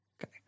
Okay